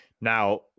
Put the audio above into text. Now